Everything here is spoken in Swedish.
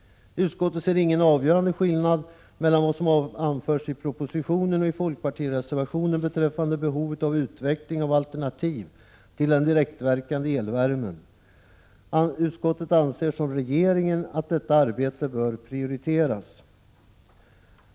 Utskottet ser ingen avgörande skillnad mellan vad som anförs i propositionen och i folkpartireservationen beträffande behovet av utveckling av alternativ till den direktverkande elvärmen. Utskottet anser som regeringen att detta arbete bör prioriteras.